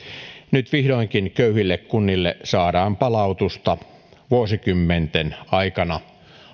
nyt vihdoinkin köyhille kunnille saadaan palautusta vuosikymmenten aikana